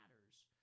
matters